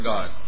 God